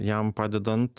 jam padedant